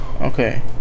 Okay